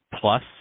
plus